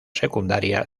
secundaria